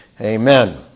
Amen